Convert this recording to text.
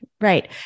right